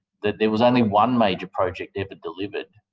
that there was only one major project ever delivered,